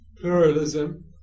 Pluralism